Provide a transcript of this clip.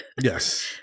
Yes